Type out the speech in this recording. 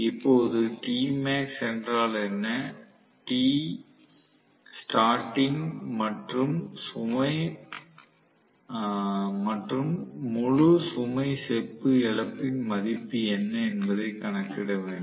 இப்போது Tmax என்றால் என்ன Tstarting மற்றும் முழு சுமை செப்பு இழப்பின் மதிப்பு என்ன என்பதைக் கணக்கிட வேண்டும்